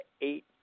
eight